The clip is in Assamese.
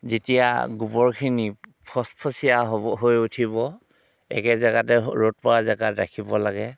যেতিয়া গোৱৰখিনি ফচফচীয়া হ'ব হৈ উঠিব একে জেগাতে ৰ'দ পৰা জেগাত ৰাখিব লাগে